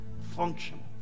functional